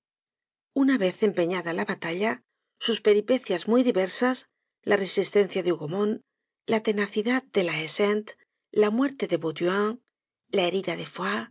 una vez empeñada la batalla sus peripecias muy diversas la resistencia de hougomont la tenacidad de la haie sainte la muerte de bauduin la herida de foy la